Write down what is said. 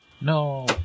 No